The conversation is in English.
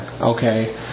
okay